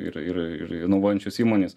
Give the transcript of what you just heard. ir ir ir inovuojančios įmonės